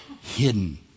hidden